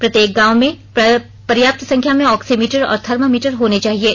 प्रत्येक गांव में पर्याप्त संख्या में ऑक्सीमीटर और थर्मामीटर होने चाहिये